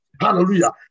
Hallelujah